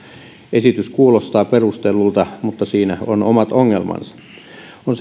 esitys kuulostaa perustellulta mutta siinä on omat ongelmansa on